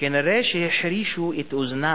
כנראה החרישו את אוזניו,